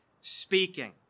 speaking